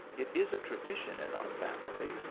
it is a tradition in our family,